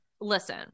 listen